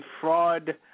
Fraud